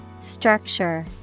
Structure